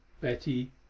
betty